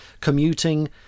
commuting